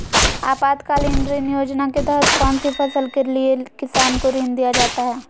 आपातकालीन ऋण योजना के तहत कौन सी फसल के लिए किसान को ऋण दीया जाता है?